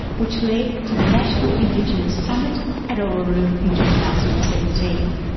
which led to the national indigenous summit at uluru in two thousand and seventeen.